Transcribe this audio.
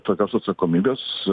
tokios atsakomybės